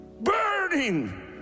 burning